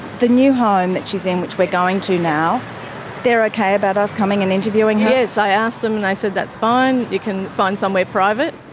the new home that she's in which we're going to now they're okay about us coming and interviewing her? yes i asked them and they said that's fine. you can find somewhere private.